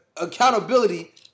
Accountability